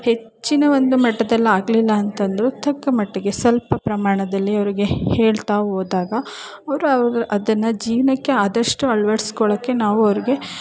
ಹೆಚ್ಚಿನ ಒಂದು ಮಟ್ಟದಲ್ಲಿ ಆಗಲಿಲ್ಲ ಅಂತಂದರೂ ತಕ್ಕ ಮಟ್ಟಿಗೆ ಸ್ವಲ್ಪ ಪ್ರಮಾಣದಲ್ಲಿ ಅವರಿಗೆ ಹೇಳ್ತಾ ಹೋದಾಗ ಅವರು ಆವಾಗ ಅದನ್ನು ಜೀವನಕ್ಕೆ ಆದಷ್ಟು ಅಳ್ವಡಿಸ್ಕೊಳ್ಳಕ್ಕೆ ನಾವು ಅವ್ರಿಗೆ